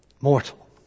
Mortal